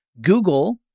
Google